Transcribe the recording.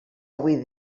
avui